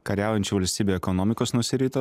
kariaujančių valstybių ekonomikos nusirito